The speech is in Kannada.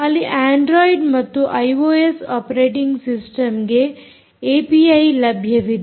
ಅಲ್ಲಿ ಅಂಡ್ರೊಯಿಡ್ ಮತ್ತು ಐಓಎಸ್ ಆಪರೇಟಿಂಗ್ ಸಿಸ್ಟಮ್ಗೆ ಏಪಿಐ ಲಭ್ಯವಿದೆ